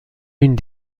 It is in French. une